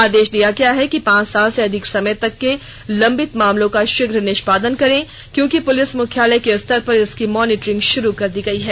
आदेश दिया गया है कि पांच साल से अधिक समय तक के लंबित मामलों का शीघ्र निष्पादन करें क्योंकि पुलिस मुख्यालय के स्तर पर इसकी मॉनिटरिंग शुरू कर दी गई है